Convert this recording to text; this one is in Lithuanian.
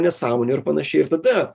nesąmonių ir panašiai ir tada